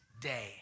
day